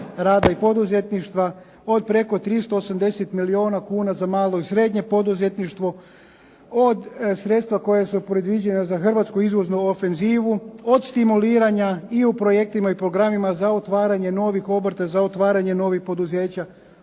rada i poduzetništva od preko 380 milijuna kuna za malo i srednje poduzetništvo, od sredstava koja su predviđena za hrvatsku izvoznu ofenzivu od stimuliranja i u projektima i u programima za otvaranje novih obrta, za otvaranje novih poduzeća.